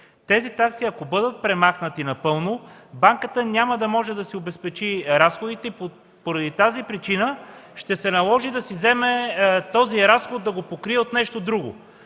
Тези такси, ако бъдат премахнати напълно, банката няма да може да си обезпечи разходите и поради тази причина ще се наложи да си вземе този разход, да го покрие от нещо друго.